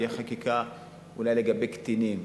תהיה חקיקה אולי לגבי קטינים,